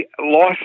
lost